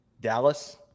dallas